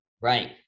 Right